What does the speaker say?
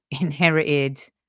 inherited